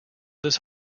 this